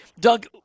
Doug